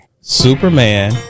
Superman